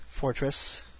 Fortress